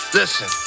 listen